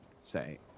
say